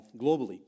globally